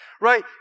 Right